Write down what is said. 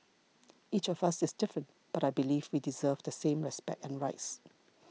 each of us is different but I believe we deserve the same respect and rights